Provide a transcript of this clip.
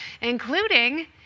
including